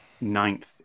ninth